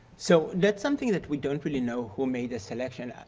so that's something that we don't really know who made the selection.